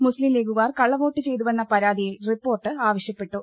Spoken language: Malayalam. മുസ്ലിം ലീഗുകാർ കള്ളവോട്ട് ചെയ്തുവെന്ന് പരാതിയിൽ റിപ്പോർട്ട് ആവ ശ്യപ്പെട്ടു